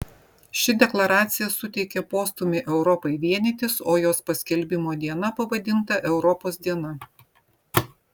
ši deklaracija suteikė postūmį europai vienytis o jos paskelbimo diena pavadinta europos diena